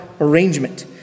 arrangement